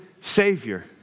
Savior